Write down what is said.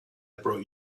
brought